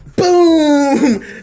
Boom